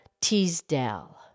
Teasdale